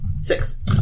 Six